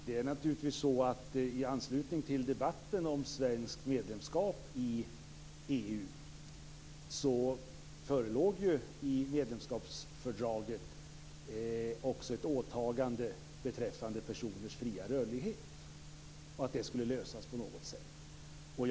Herr talman! I samband med ansökan om svenskt medlemskap i EU förelåg i medlemskapsfördraget också ett åtagande beträffande personers fria rörlighet och att detta skulle lösas på något sätt.